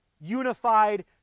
unified